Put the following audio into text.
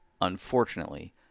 unfortunately